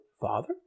Father